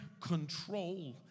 control